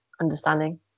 understanding